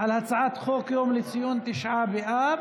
על הצעת חוק יום לציון תשעה באב